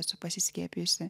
esu pasiskiepijusi